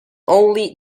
only